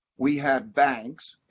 we had banks.